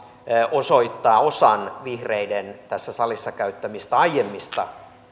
osoittaa osan vihreiden tässä salissa käyttämistä aiemmista